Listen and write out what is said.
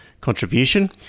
contribution